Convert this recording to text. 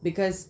because